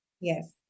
Yes